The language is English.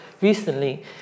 recently